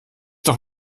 doch